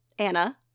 Anna